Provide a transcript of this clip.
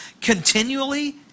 continually